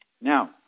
Now